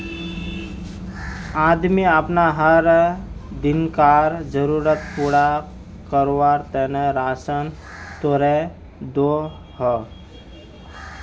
आदमी अपना हर दिन्कार ज़रुरत पूरा कारवार तने राशान तोड़े दोहों